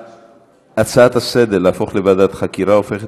ההצעה לסדר-היום להפוך לוועדת חקירה הופכת